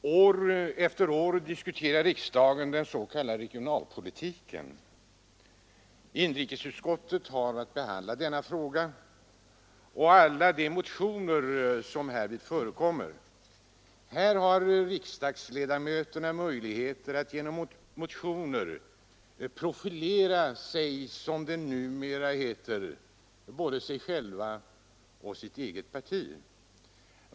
Herr talman! År efter år diskuterar riksdagen den s.k. regionalpolitiken. Inrikesutskottet har att behandla denna fråga och alla de motioner som härvid förekommer. Här har riksdagsledamöterna möjligheter att genom motioner profilera — som det numera heter — både sig själva och sitt parti.